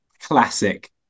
classic